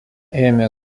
ėmė